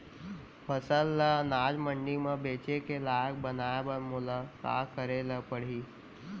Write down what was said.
फसल ल अनाज मंडी म बेचे के लायक बनाय बर मोला का करे ल परही?